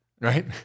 right